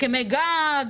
הסכמי גג,